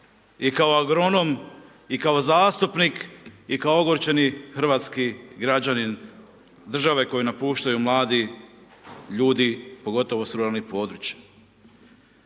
i kao agronom i kao zastupnik i kao ogorčeni hrvatski građanin države koju napuštaju mladi ljudi pogotovo s ruralnih područja.